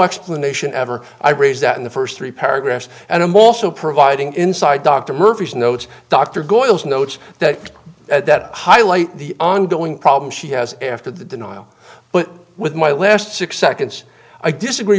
explanation ever i raise that in the first three paragraphs and i'm also providing inside dr murphy's notes dr goals notes that highlight the ongoing problems she has after the denial but with my last six seconds i disagree